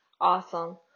Awesome